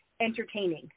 entertaining